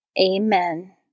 Amen